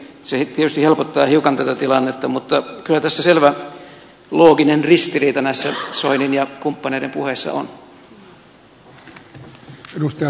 se tietysti helpottaa hiukan tätä tilannetta mutta kyllä tässä selvä looginen ristiriita näissä soinin ja kumppaneiden puheissa on